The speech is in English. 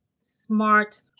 smart